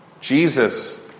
Jesus